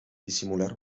disimular